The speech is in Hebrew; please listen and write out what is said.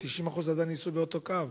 ו-90% עדיין ייסעו באותו קו?